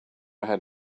ahead